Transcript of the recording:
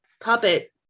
puppet